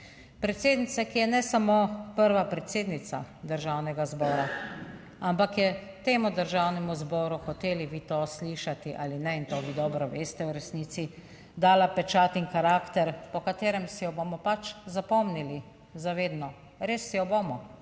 Predsednice, ki je ne samo prva predsednica Državnega zbora, ampak je temu Državnemu zboru, hoteli vi to slišati ali ne in to vi dobro veste, v resnici, dala pečat in karakter po katerem si jo bomo pač zapomnili za vedno, res si jo bomo